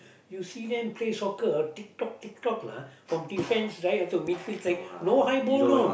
you see them play soccer ah tick tock tick tock lah from defense right up till mid field right no high ball know